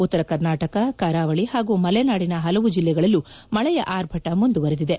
ಉತ್ತರ ಕರ್ನಾಟಕ ಕರಾವಳಿ ಹಾಗೂ ಮಲೆನಾಡಿನ ಹಲವು ಜಿಲ್ಲೆಗಳಲ್ಲೂ ಮಳೆಯ ಆರ್ಭಟ ಮುಂದುವರೆದಿದೆ